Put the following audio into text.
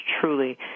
truly